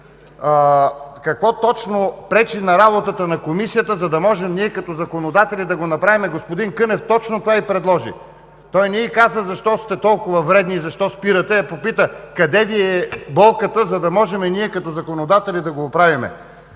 Какво точно пречи на работата на Комисията, за да можем ние като законодатели да го направим? Господин Кънев точно това й предложи. Той не ѝ каза: „Защо сте толкова вредни? Защо спирате?“, а попита: „Къде Ви е болката, за да можем ние като законодатели да го оправим?“